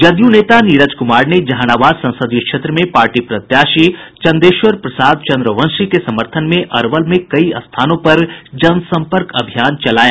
जदयू नेता नीरज कुमार ने जहानाबाद संसदीय क्षेत्र में पार्टी प्रत्याशी चंदेश्वर प्रसाद चंद्रवंशी के समर्थन में अरवल में कई स्थानों पर जनसंपर्क अभियान चलाया